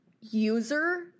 user